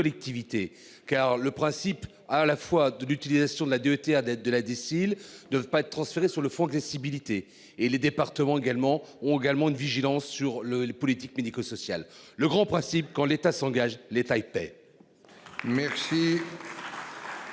car le principe à la fois de l'utilisation de la DETR d'être de la difficile de ne pas être transférés sur le fond de l'incivilité et les départements également ont également de vigilance sur le les politiques médico-social. Le grand principe quand l'État s'engage l'État épais.